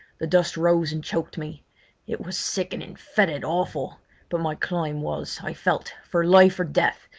the dust rose and choked me it was sickening, foetid, awful but my climb was, i felt, for life or death,